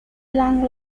long